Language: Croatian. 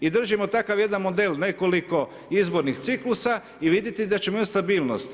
I držimo takav jedan model nekoliko izbornih ciklusa i vidjeti da ćemo imati stabilnost.